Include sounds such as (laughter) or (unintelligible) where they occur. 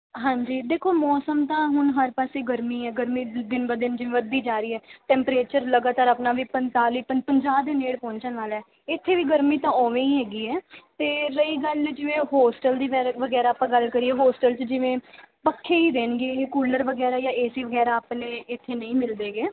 ਹਾਂਜੀ ਦੇਖੋ ਮੌਸਮ ਤਾਂ ਹੁਣ ਹਰ ਪਾਸੇ ਗਰਮੀ ਹੈ ਗਰਮੀ ਦਿਨ ਬ ਦਿਨ ਜਿਵੇਂ ਵਧਦੀ ਜਾ ਰਹੀ ਹੈ ਟੈਂਪਰੇਚਰ ਲਗਾਤਾਰ ਆਪਣਾ ਵੀ ਪੰਤਾਲੀ ਪੰ ਪੰਜਾਹ ਦੇ ਨੇੜੇ ਪਹੁੰਚਣ ਵਾਲਾ ਇੱਥੇ ਵੀ ਗਰਮੀ ਤਾਂ ਉਵੇਂ ਹੀ ਹੈਗੀ ਹੈ ਅਤੇ ਰਹੀ ਗੱਲ ਜਿਵੇਂ ਹੋਸਟਲ ਦੀ (unintelligible) ਵਗੈਰਾ ਆਪਾਂ ਗੱਲ ਕਰੀਏ ਹੋਸਟਲ 'ਚ ਜਿਵੇਂ ਪੱਖੇ ਹੀ ਦੇਣਗੇ ਇਹ ਕੂਲਰ ਵਗੈਰਾ ਜਾਂ ਏ ਸੀ ਵਗੈਰਾ ਆਪਣੇ ਇੱਥੇ ਨਹੀਂ ਮਿਲਦੇ ਗੇ